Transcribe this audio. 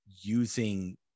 using